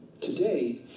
today